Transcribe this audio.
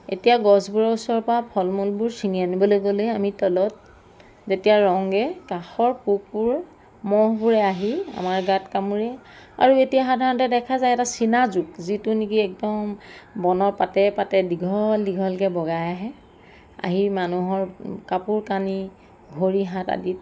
এতিয়া গছবোৰৰ ওচৰৰ পৰা ফল মূলবোৰ ছিঙি আনিব গ'লেই যেতিয়া ৰওঁগে কাষৰ পোকবোৰ মহবোৰে আহি আমাৰ গাত কামোৰে আৰু এতিয়া সাধাৰণতে দেখা যায় এটা চিনা জোক যিটো নেকি একদম বনৰ পাতে পাতে দীঘল দীঘলকে বগাই আহে আহি মানুহৰ কাপোৰ কানি ভৰি হাত আদিত